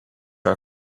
are